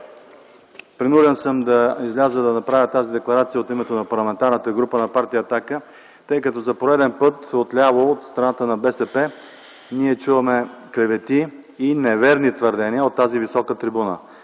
Принуден съм да изляза, за да направя тази декларация от името на Парламентарната група на Партия „Атака”, тъй като за пореден път отляво, от страната на БСП, ние чуваме клевети и неверни твърдения от тази висока трибуна.